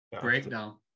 Breakdown